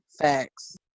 Facts